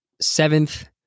seventh